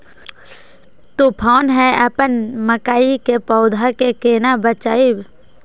तुफान है अपन मकई के पौधा के केना बचायब?